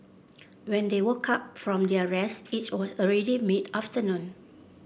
when they woke up from their rest it was already mid afternoon